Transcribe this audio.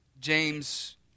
James